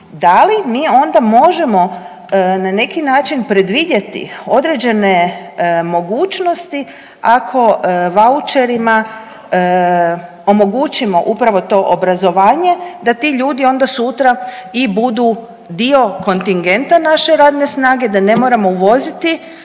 da li mi onda možemo na neki način predvidjeti određene mogućnosti ako vaučerima omogućimo upravo to obrazovanje da ti ljudi onda sutra i budu dio kontingenta naše radne snage da ne moramo uvoziti